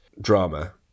drama